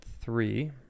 three